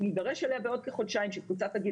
נידרש אליה בעוד כחודשיים כאשר קבוצת הגיל